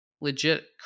legit